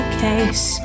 case